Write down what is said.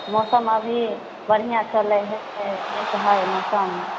मौसम अभी बढ़िआँ चलै हय नीक हय मौसम